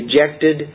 rejected